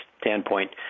standpoint